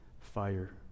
fire